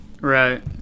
right